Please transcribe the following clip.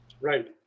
Right